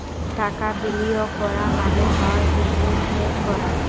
টাকা বিলিয়গ ক্যরা মালে হ্যয় ইলভেস্টমেল্ট ক্যরা